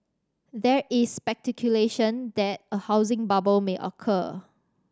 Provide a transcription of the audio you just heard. there is speculation that a housing bubble may occur